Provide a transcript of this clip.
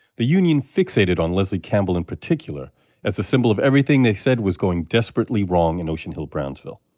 the union fixated on leslie campbell in particular as a symbol of everything they said was going desperately wrong in ocean hill-brownsville.